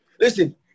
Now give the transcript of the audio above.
Listen